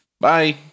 Bye